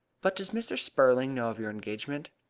but does mr. spurling know of your engagement?